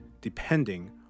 depending